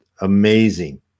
amazing